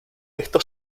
esto